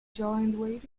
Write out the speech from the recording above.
joined